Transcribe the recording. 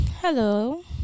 Hello